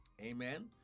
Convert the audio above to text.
Amen